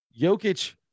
Jokic